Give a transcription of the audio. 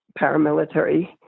paramilitary